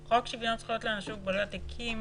חוק שוויון זכויות לאנשים עם מוגבלויות הקים